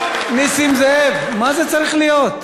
נסים זאב, מה זה צריך להיות?